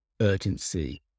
urgency